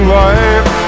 life